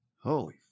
Holy